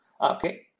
Okay